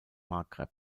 maghreb